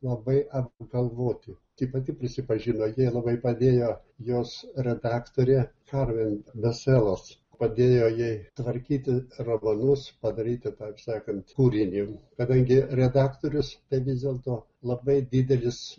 labai apgalvoti kaip pati prisipažino jai labai padėjo jos redaktorė karmen beselos padėjo jai tvarkyti romanus padaryti taip sakant kūrinį kadangi redaktorius tai vis dėlto labai didelis